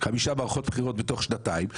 חמישה מערכות בחירות בתוך שנתיים,